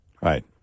Right